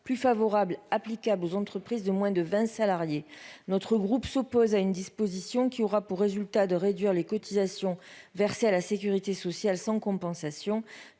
plus favorable applicable aux entreprises de moins de 20 salariés, notre groupe s'oppose à une disposition qui aura pour résultat de réduire les cotisations versées à la Sécurité sociale sans compensation